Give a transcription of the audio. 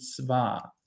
zwar